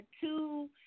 two